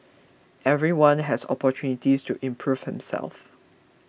everyone has opportunities to improve himself